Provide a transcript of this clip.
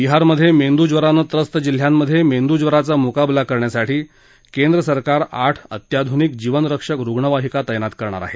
बिहारमधे मेंदूज्वरानं त्रस्त जिल्ह्यांमधे मेंदूज्वराचा मुकाबला करण्यासाठी केंद्रसरकार आठ अत्याधुनिक जीवनरक्षक रुग्णवाहिका तैनात करणार आहे